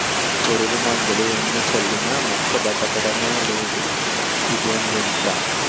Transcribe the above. పురుగుమందులు ఎన్ని చల్లినా మొక్క బదకడమే లేదు ఇదేం వింత?